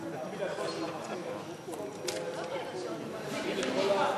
לחלופין ב', רבותי.